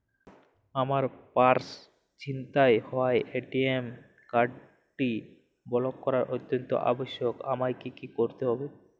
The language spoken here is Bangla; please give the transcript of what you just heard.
আমার পার্স ছিনতাই হওয়ায় এ.টি.এম কার্ডটি ব্লক করা অত্যন্ত আবশ্যিক আমায় কী কী করতে হবে?